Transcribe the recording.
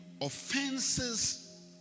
offenses